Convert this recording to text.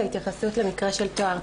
את ההתייחסות למקרה של טוהר.